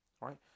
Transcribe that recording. right